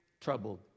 troubled